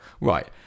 Right